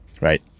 Right